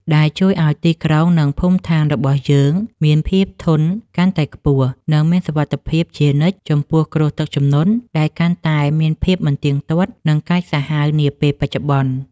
ដែលជួយឱ្យទីក្រុង និងភូមិឋានរបស់យើងមានភាពធន់កាន់តែខ្ពស់ និងមានសុវត្ថិភាពជានិច្ចចំពោះគ្រោះទឹកជំនន់ដែលកាន់តែមានភាពមិនទៀងទាត់ និងកាចសាហាវនាពេលបច្ចុប្បន្ន។